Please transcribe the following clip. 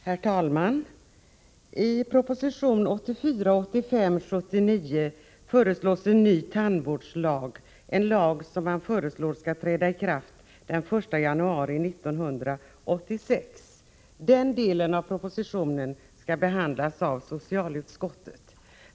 Herr talman! I proposition 79 föreslås en ny tandvårdslag, att träda i kraft den 1 januari 1986. Den delen av propositionen skall behandlas av socialutskottet.